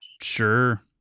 Sure